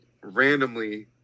randomly